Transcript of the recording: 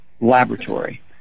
laboratory